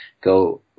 go